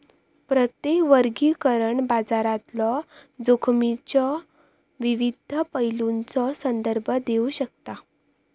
प्रत्येक वर्गीकरण बाजारातलो जोखमीच्यो विविध पैलूंचो संदर्भ घेऊ शकता